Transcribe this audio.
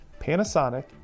Panasonic